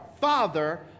father